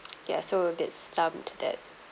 ya so a bit stumped that